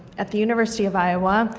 at the university of iowa,